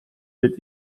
wird